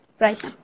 right